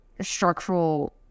structural